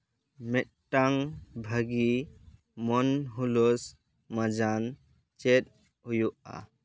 ᱢᱤᱫᱴᱟᱝ ᱵᱷᱟᱜᱤ ᱢᱚᱱ ᱦᱩᱞᱟᱹᱥ ᱢᱟᱡᱟᱱ ᱪᱮᱫ ᱦᱩᱭᱩᱜᱼᱟ